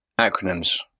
Acronyms